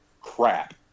crap